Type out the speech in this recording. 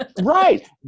Right